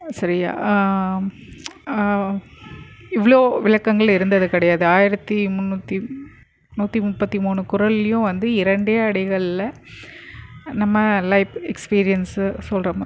சரியாக இவ்வளோ விளக்கங்கள் இருந்தது கிடையாது ஆயிரத்தி முண்ணூற்றி நூற்றி முப்பத்தி மூணு குறள்லேயும் வந்து இரண்டே அடிகளில் நம்ம லைப் எக்ஸ்பீரியன்ஸை சொல்கிற மா